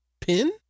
Pin